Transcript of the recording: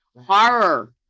Horror